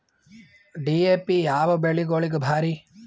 DAP ಯಾವ ಬೆಳಿಗೊಳಿಗ ಭಾರಿ?